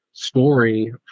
Story